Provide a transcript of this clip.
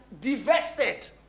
divested